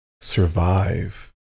survive